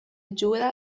giura